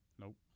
Nope